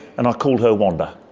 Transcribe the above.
and i called her wanda.